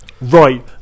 Right